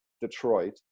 Detroit